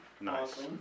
Nice